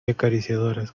acariciadoras